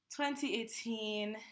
2018